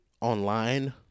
online